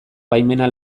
baimena